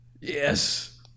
Yes